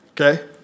Okay